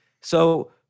So-